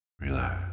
relax